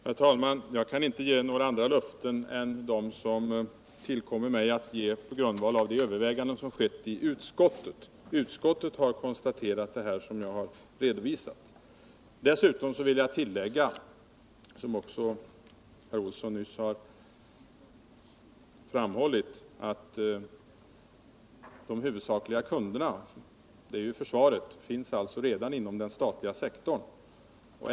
Herr talman! Jag kan inte ge några andra löften än dem som det tillkommer mig att ge på grundval av de överväganden som skett i utskottet. Det är utskottet som konstaterat det som jag redovisat. Dessutom vill jag påpeka att — något som f. ö. herr Olsson nyss framhöll —- den huvudsakliga kunden, försvaret, redan finns inom den statliga sektorn.